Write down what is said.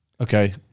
Okay